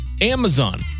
Amazon